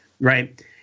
right